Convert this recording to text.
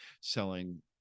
selling